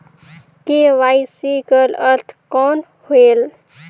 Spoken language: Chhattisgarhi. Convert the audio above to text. के.वाई.सी कर अर्थ कौन होएल?